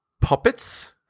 puppets